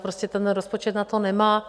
Prostě ten rozpočet na to nemá.